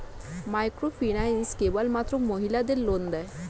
Microfinance কেবলমাত্র মহিলাদের loan দেয়?